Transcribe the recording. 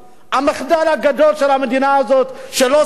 שלא סגרה את הדרך להגיע לכאן,